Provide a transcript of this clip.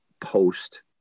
post